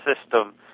system